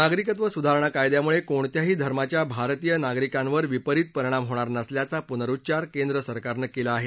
नागरिकत्व सुधारणा कायद्यामुळे कोणत्याही धर्माच्या भारतीय नागरिकांवर विपरित परिणाम होणार नसल्याचा पुनरुच्चार केंद्र सरकारनं केला आहे